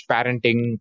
Parenting